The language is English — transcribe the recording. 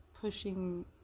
pushing